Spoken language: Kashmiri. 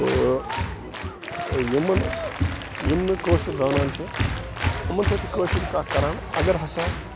تہٕ یِمَن یِم نہٕ کٲشُر زانان چھِ یِمَن سۭتۍ چھِ کٲشِر کَتھ کَران اَگر ہَسا